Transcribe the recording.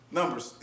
Numbers